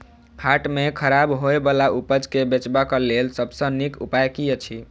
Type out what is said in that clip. हाट मे खराब होय बला उपज केँ बेचबाक क लेल सबसँ नीक उपाय की अछि?